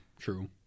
true